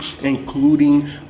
including